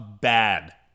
bad